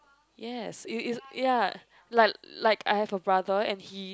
yes it it ya like like I have a brother and he